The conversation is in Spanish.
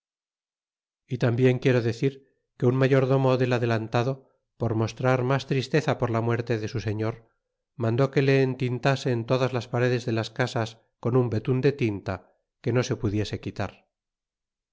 y tambien quiero decir que un mayordomo del adelantado por mostrar mas tristeza por la muerte de su señor mandó que se entintasen todas las paredes de las casas con un betun de tinta que no se pudiese quitar